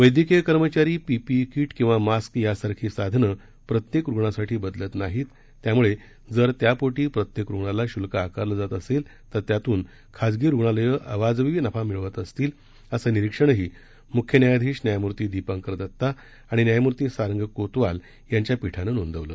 वैद्यकीय कर्मचारी PPE kit किंवा मास्क यासारखी साधनं प्रत्येक रुग्णासाठी बदलत नाहीत त्याम्ळे जर त्यापोटी प्रत्येक रुग्णाला श्ल्क आकारलं जात असेल तर त्यातून खाजगी रुग्णालयं अवाजवी नफा मिळवत असतील असं निरीक्षणही म्ख्य न्यायाधीश न्यायम्ती दीपांकर दत्ता आणि न्यायमूर्ती सारंग कोतवाल यांच्या पीठानं नोंदवलं